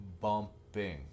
bumping